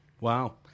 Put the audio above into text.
Wow